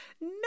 no